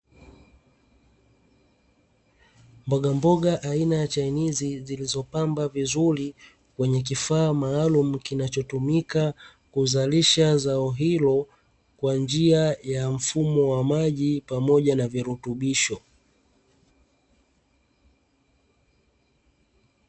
Mbogamboga aina ya chainizi zilizopandwa vizuri kwenye kifaa maalumu, kinachotumika kuzalisha zao hilo kwa njia ya mfumo wa maji pamoja na virutubisho.